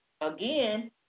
Again